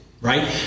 right